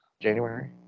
January